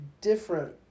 different